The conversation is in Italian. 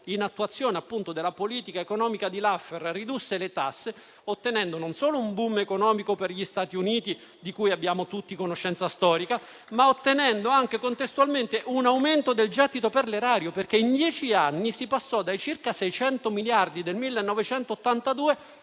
in attuazione della politica economica di Laffer, ridusse le tasse, ottenendo non solo un *boom* economico per gli Stati Uniti, di cui abbiamo tutti conoscenza storica, ma anche contestualmente un aumento del gettito per l'erario, perché in dieci anni si passò dai circa 600 miliardi del 1982